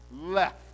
left